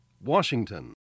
Washington